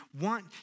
want